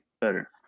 better